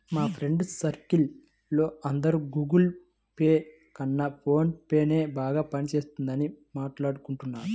మా friends circle లో అందరూ గుగుల్ పే కన్నా ఫోన్ పేనే బాగా పని చేస్తున్నదని మాట్టాడుకుంటున్నారు